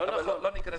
אבל לא ניכנס לזה.